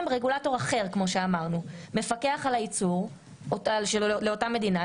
אם רגולטור אחר מפקח על הייצוא לאותה מדינה,